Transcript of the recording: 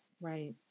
Right